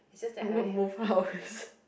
I'm going to move house